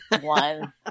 one